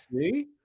See